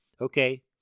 Okay